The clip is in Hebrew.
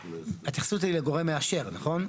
ההתייחסות היא לגורם מאשר נכון?